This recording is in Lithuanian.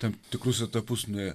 tam tikrus etapus nuėjo